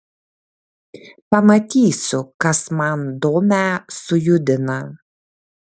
pamatysiu kas man domę sujudina